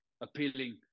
appealing